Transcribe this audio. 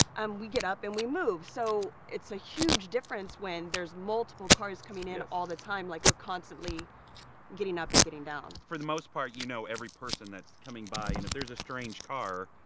um we get up and we move. so it's a huge difference when there's multiple cars coming in all the time. like, we're constantly getting up and getting down. for the most part, you know every person that's coming by. and if there's a strange car,